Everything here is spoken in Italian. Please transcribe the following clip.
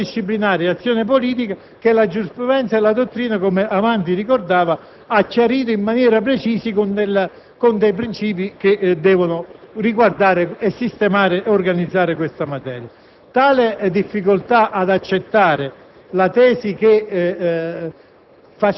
che sposta a favore del procedimento penale l'asse di equilibrio fra azione disciplinare e azione penale, che la giurisprudenza e la dottrina - come avanti ricordavo - hanno chiarito in maniera precisa con dei princìpi che devono dare sistemazione a questa materia.